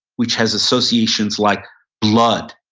which has associations like blood,